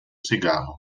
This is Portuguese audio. cigarro